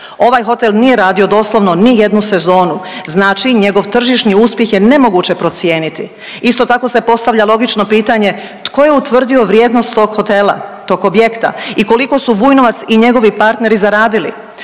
Ovaj hotel nije radio doslovno ni jednu sezonu. Znači njegov tržišni uspjeh je nemoguće procijeniti. Isto tako se postavlja logično pitanje tko je utvrdio vrijednost tog hotela, tog objekta i koliko su Vujnovac i njegovi partneri zaradili.